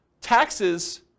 taxes